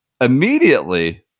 immediately